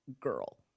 girl